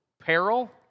peril